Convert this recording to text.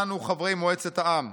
אנו חברי מועצת העם,